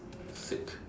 sick